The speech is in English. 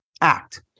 act